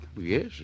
Yes